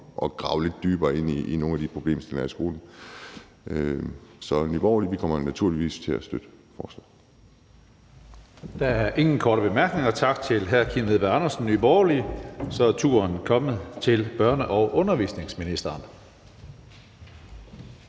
at grave lidt dybere i nogle af de problemstillinger. Så Nye Borgerlige kommer naturligvis til at støtte forslaget. Kl. 17:26 Tredje næstformand (Karsten Hønge): Der er ingen korte bemærkninger. Tak til hr. Kim Edberg Andersen, Nye Borgerlige. Så er turen kommet til børne- og undervisningsministeren.